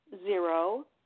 zero